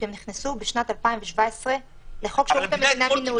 כי הם נכנסו בשנת 2017 לחוק שירות המדינה (מינויים).